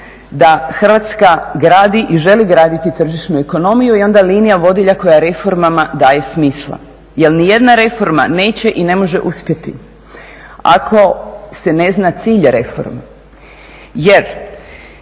da Hrvatska gradi i želi graditi tržišnu ekonomiju i onda linija vodilja koja reformama daje smisla jer nijedna reforma neće i ne može uspjeti ako se ne zna cilj reforme jer